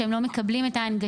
שהם לא מקבלים את ההנגשה,